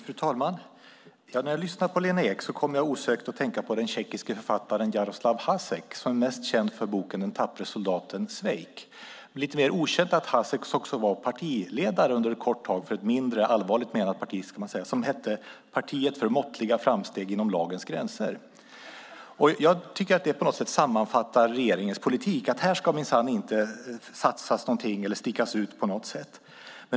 Fru talman! När jag lyssnade på Lena Ek kom jag osökt att tänka på den tjeckiske författaren Jaroslav Hasek som är mest känd för boken om den tappre soldaten Svejk. Det är lite mer okänt att Hasek också ett kort tag var partiledare för ett mindre allvarligt menat parti som hette Partiet för måttliga framsteg inom lagens gränser. Jag tycker att det på något sätt sammanfattar regeringens politik. Här ska minsann inte satsas någonting eller stickas ut på något sätt.